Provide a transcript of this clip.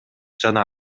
жана